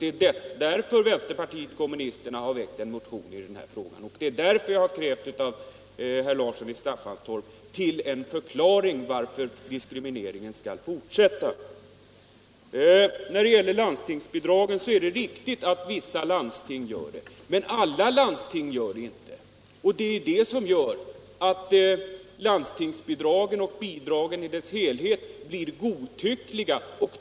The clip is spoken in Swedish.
Det är därför vänsterpartiet kommunisterna har väckt en motion i den här frågan, och det är därför jag krävt en förklaring av herr Larsson i Staffanstorp varför diskrimineringen skall fortsätta. Det är riktigt att vissa landsting lämnar bidrag, men alla gör det inte. Därför blir landstingsbidragen och alla övriga bidrag godtyckliga.